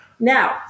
Now